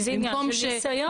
כי זה עניין של ניסיון.